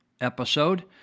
episode